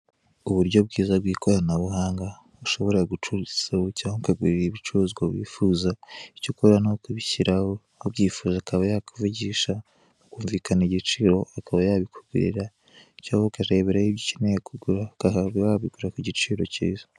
Uburyo bwiza bw'ikoranabuhanga uhobora gucururizaho cyangwa ukagurira ibicuruzwa wifuza icyo ukora ni kubishyiraho ubyifuza akaba yakuvugisha mukumvikana igiciro akaba yabikugurira cyangwa ukareberaho ibyo ukeneye kugura ukaba wabigura ku giciro cyiza.